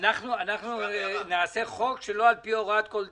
אנחנו נעשה חוק שלא על פי הוראת כל דין?